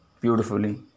beautifully